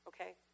okay